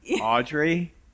Audrey